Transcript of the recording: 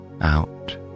out